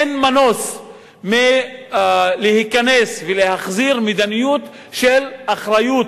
אין מנוס מלהיכנס ולהחזיר מדיניות של אחריות